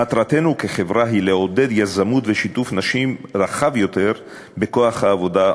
מטרתנו כחברה לעודד יזמות ושיתוף של נשים באופן רחב יותר בכוח העבודה,